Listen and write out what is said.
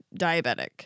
diabetic